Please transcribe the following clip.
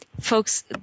folks